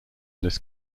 this